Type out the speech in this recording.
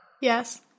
Yes